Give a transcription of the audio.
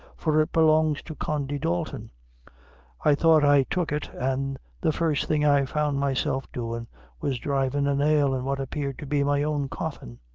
for it belongs to condy dalton i thought i took it, an' the first thing i found myself doin' was drivin' a nail in what appeared to be my own coffin.